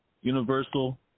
universal